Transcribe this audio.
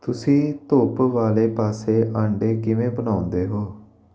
ਤੁਸੀਂ ਧੁੱਪ ਵਾਲੇ ਪਾਸੇ ਅੰਡੇ ਕਿਵੇਂ ਬਣਾਉਂਦੇ ਹੋ